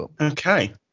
Okay